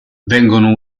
vengono